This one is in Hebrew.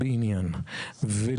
הם זורקים את זה כמו תפוח אדמה לוהט,